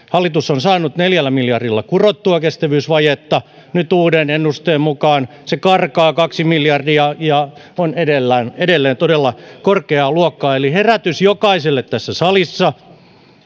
hallitus on saanut neljällä miljardilla kurottua kestävyysvajetta ja nyt uuden ennusteen mukaan se karkaa kaksi miljardia ja on edelleen todella korkeaa luokkaa eli herätys jokaiselle tässä salissa ja